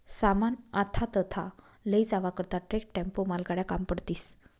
सामान आथा तथा लयी जावा करता ट्रक, टेम्पो, मालगाड्या काम पडतीस